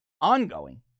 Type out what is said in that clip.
ongoing